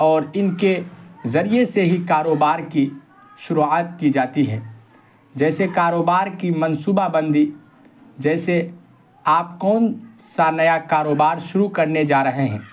اور ان کے ذریعے سے ہی کاروبار کی شروعات کی جاتی ہے جیسے کاروبار کی منصوبہ بندی جیسے آپ کون سا نیا کاروبار شروع کرنے جا رہے ہیں